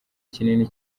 kinini